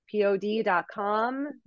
pod.com